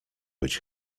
być